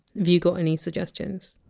you got any suggestions?